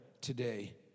today